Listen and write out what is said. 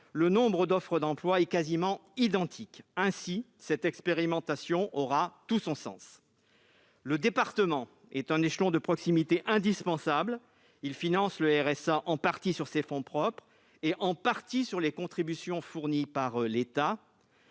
le nombre d'offres d'emploi est quasiment identique. Ainsi, cette expérimentation aura tout son sens. Le département est un échelon de proximité indispensable. Il finance le RSA, en partie sur ses fonds propres et en partie sur les contributions fournies par l'État.